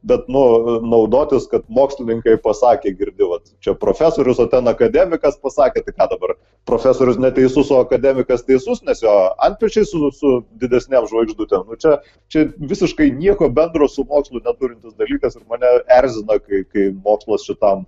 bet nu naudotis kad mokslininkai pasakė girdi vat čia profesorius o ten akademikas pasakė tai ką dabar profesorius neteisus o akademikas teisus nes jo antpečiai su su didesnėm žvaigždutėm nu čia čia visiškai nieko bendro su mokslu neturintis dalykas mane erzina kai kai mokslas šitam